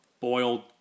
Boiled